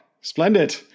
splendid